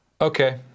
okay